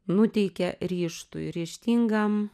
nuteikia ryžtui ryžtingam